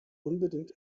unbedingt